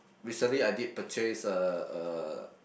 recently I did purchase a a